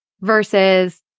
versus